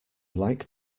like